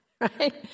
Right